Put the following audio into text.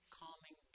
calming